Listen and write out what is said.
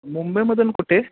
मुंबईमधून कुठे